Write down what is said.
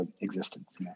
existence